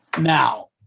Now